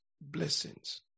blessings